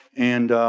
and